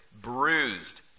bruised